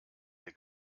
der